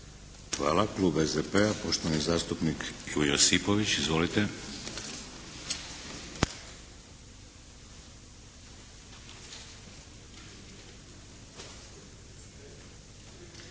Hvala. Klub SDP-a, poštovani zastupnik Ivo Josipović. Izvolite.